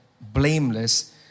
blameless